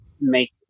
make